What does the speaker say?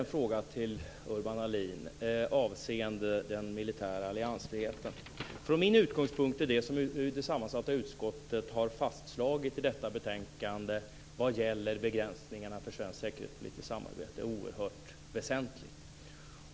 Från min utgångspunkt är det som det sammansatta utskottet har fastslagit i detta betänkande vad gäller begränsningarna för svenskt säkerhetspolitiskt samarbete oerhört väsentligt.